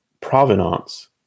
provenance